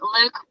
Luke